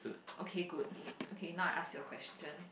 okay good okay now I ask you a question